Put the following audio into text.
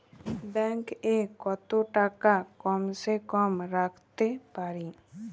Bank এ কত টাকা কম সে কম রাখতে পারি?